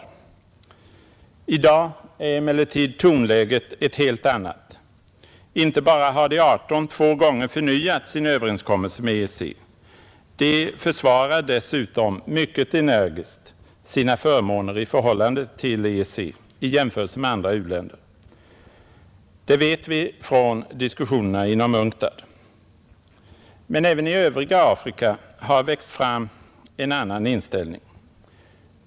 I dag är emellertid tonläget ett helt annat. Inte bara har de 18 två gånger förnyat sin överenskommelse med EEC, De försvarar dessutom mycket energiskt sina förmåner i förhållande till EEC i jämförelse med andra u-länder, Det vet vi från diskussionerna inom UNCTAD. Men även i övriga Afrika har växt fram en annan inställning.